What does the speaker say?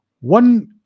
One